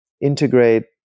integrate